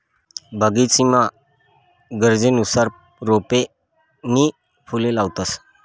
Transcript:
बगीचामा गरजनुसार रोपे नी फुले लावतंस